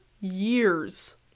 years